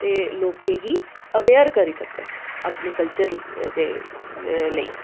ते लोकें गी अवेयर करी सकन अपने कल्चर लेई